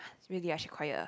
is really I should quiet ah